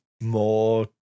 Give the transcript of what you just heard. more